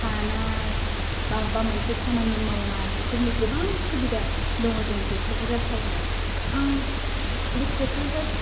थानाय बा माबा मोनसे खामानि मावनाय बेफोरनि गोबां सुबिदा दङ जोंनि बे क'क्राझार टाउनाव आं बे क'क्राझार